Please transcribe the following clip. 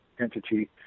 entity